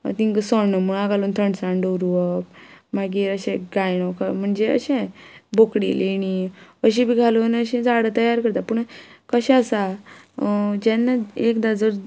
तिंकां सण मुळां घालून थंडसाण दवरप मागीर अशें गायंदोळ म्हणजे अशे बोकडी लेणी अशी बी घालून अशी झाडां तयार करता पूण कशें आसा जेन्ना एकदां जर